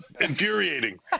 Infuriating